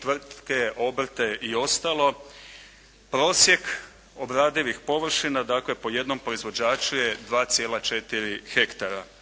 tvrtke, obrte i ostalo prosjek obradivih površina po jednom proizvođaču je 2,4 hektara.